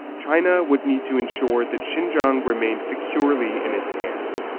china would need to ensure that xinjiang remained securely in its hands.